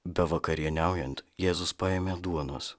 bevakarieniaujant jėzus paėmė duonos